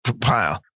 pile